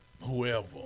Whoever